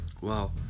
Wow